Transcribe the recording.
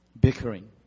bickering